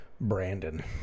Brandon